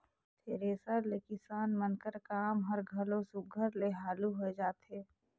thresher ले किसान मन कर काम हर घलो सुग्घर ले हालु होए जाथे